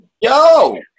Yo